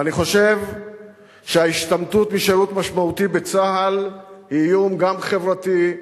ואני חושב שההשתמטות משירות משמעותי בצה"ל היא איום גם חברתי,